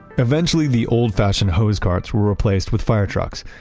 eventually, the old fashioned hose carts were replaced with firetrucks.